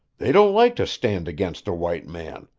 they don't like to stand against a white man.